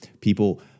people